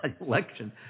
election